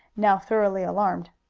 now thoroughly alarmed.